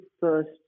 first